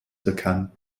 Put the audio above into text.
bekannt